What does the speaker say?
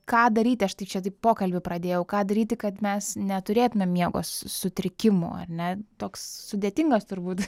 ką daryti aš tai čia taip pokalbį pradėjau ką daryti kad mes neturėtumėm miego sutrikimų ar ne toks sudėtingas turbūt